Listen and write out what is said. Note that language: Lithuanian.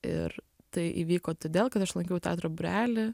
ir tai įvyko todėl kad aš lankiau teatro būrelį